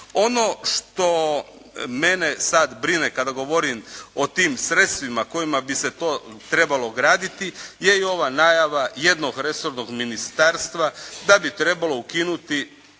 Ono što mene sada brine kada govorim o tim sredstvima kojima bi se to trebalo ugraditi je i ova najava jednog resornog ministarstva da bi trebalo ukinuti